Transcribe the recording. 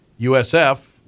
USF